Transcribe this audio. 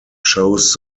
chose